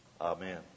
Amen